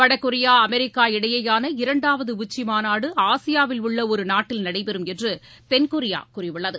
வடகொரியா அமெரிக்கா இடையேயான இரண்டாவது உச்சி மாநாடு ஆசியாவில் உள்ள ஒரு நாட்டில் நடைபெறும் என்று தென்கொரியா கூறியுள்ளது